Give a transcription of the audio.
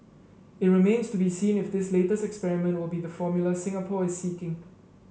it remains to be seen if this latest experiment will be the formula Singapore is seeking